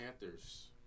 Panthers